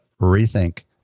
rethink